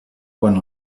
quant